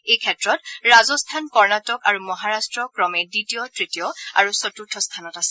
এইক্ষেত্ৰত ৰাজস্থান কৰ্ণাটক আৰু মহাৰাট্ট ক্ৰমে দ্বিতীয় তৃতীয় আৰু চতুৰ্থ স্থানত আছে